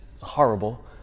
horrible